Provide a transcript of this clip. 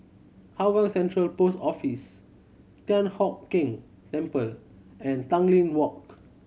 Hougang Central Post Office Thian Hock Keng Temple and Tanglin Walk